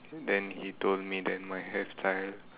then he told me that my hairstyle